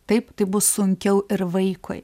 taip tai bus sunkiau ir vaikui